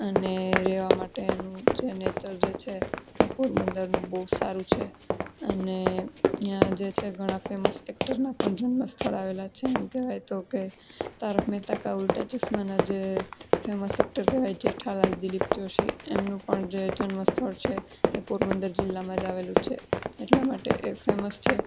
અને રહેવા માટેનું જે નેચર જે છે એ પોરબંદરનું બહુ સારું છે અને ત્યાં જે છે ઘણા ફેમસ એક્ટરનાં પણ જન્મસ્થળ આવેલાં છે એમ કહેવાય તો કે તારક મહેતા કા ઉલ્ટા ચશ્માના જે ફેમસ એક્ટર કહેવાય જેઠાલાલ દિલીપ જોશી એમનું પણ જે જન્મસ્થળ છે એ પોરબંદર જિલ્લામાં જ આવેલું છે એટલા માટે એ ફેમસ છે